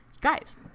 Guys